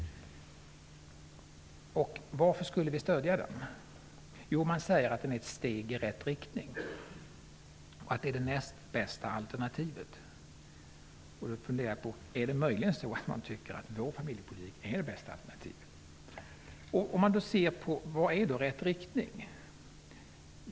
Och varför skulle vi då stödja den? Jo, man säger att den är ett steg i rätt riktning och att den är det näst bästa alternativet. Jag funderar då över om det möjligen är så att man tycker att vår familjepolitik är det bästa alternativet. Vad menas då med ''rätt riktning''?